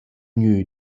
gnü